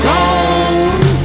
gone